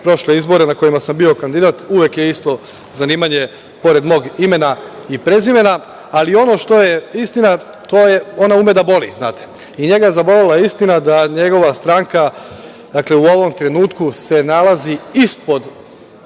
prošle izbore na kojima sam bio kandidat, uvek je isto zanimanje pored mog imena i prezimena. Ono što je istina, to je, ona ume da boli, znate, i njega je zabolela istina da njegova stranka u ovom trenutku se nalazi ispod